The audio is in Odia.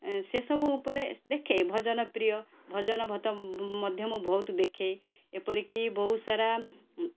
ସେ ସବୁ ଉପରେ ଦେଖେ ଭଜନ ପ୍ରିୟ ଭଜନ ମଧ୍ୟ ମୁଁ ବହୁତ ଦେଖେ ଏପରିକି ବହୁତ ସାରା